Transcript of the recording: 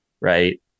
right